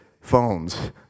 phones